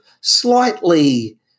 slightly